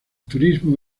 turismo